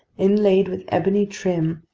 inlaid with ebony trim,